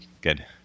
Good